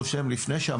לפעם